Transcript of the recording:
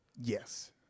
Yes